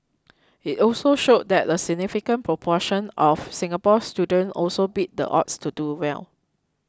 it also showed that a significant proportion of Singapore students also beat the odds to do well